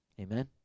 Amen